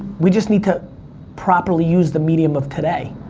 we just need to properly use the medium of today.